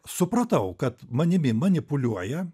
supratau kad manimi manipuliuoja